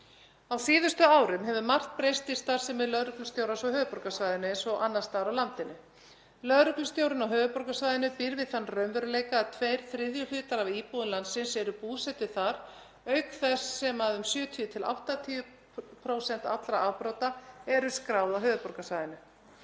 Á síðustu árum hefur margt breyst í starfsemi lögreglustjórans á höfuðborgarsvæðinu eins og annars staðar á landinu. Lögreglustjórinn á höfuðborgarsvæðinu býr við þann raunveruleika að tveir þriðju hlutar af íbúum landsins eru búsettir þar, auk þess sem um 70–80% allra afbrota eru skráð á höfuðborgarsvæðinu.